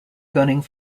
gunning